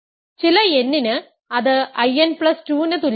ചില n ന് അത് In2 ന് തുല്യമാണ്